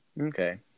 Okay